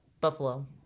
Buffalo